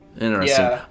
Interesting